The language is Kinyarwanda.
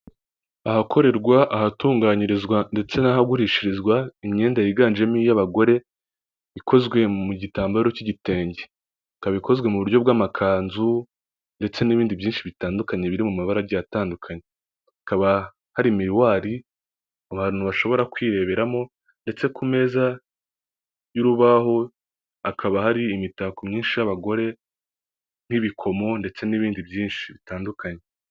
Ahakorerwa ahatunganyirizwa ndetse n'ahagurishirizwa imyenda yiganjemo iy'abagore ikozwe mu gitambaro cy'igitenge ikaba ikozwe mu buryo bw'amakanzu ndetse n'ibindi byinshi bitandukanye biri mu mabara agiye atandukanye hakaba hari miriwari abantu bashobora kwireberamo ndetse ku meza y'urubaho hakaba hari imitako myinshi y'abagore n'ibikomo ndetse n'ibindi byinshi bitandukanye.